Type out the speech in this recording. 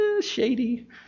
shady